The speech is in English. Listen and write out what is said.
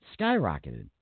skyrocketed